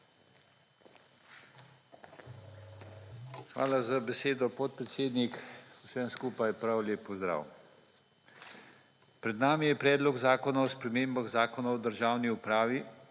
Hvala za besedo, podpredsednik. Vsem skupaj prav lep pozdrav. Pred nami je Predlog zakona o spremembah Zakona o državni upravi,